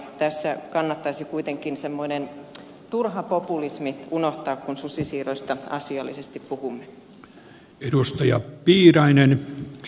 tässä kannattaisi kuitenkin semmoinen turha populismi unohtaa kun susisiirroista asiallisesti puhumme